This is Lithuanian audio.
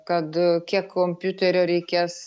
kad kiek kompiuterio reikės